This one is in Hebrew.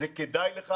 זה כדאי לך.